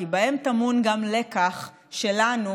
כי בכך טמון גם לקח שלנו,